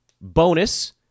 bonus